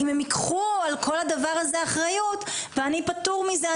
אם הם ייקחו על כל הדבר הזה אחריות ואני פטור מזה,